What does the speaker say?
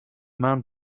man